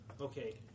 Okay